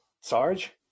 Sarge